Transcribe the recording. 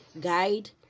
guide